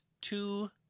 two